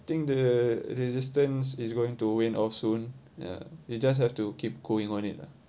think the resistance is going to wane off soon ya you just have to keep going on it lah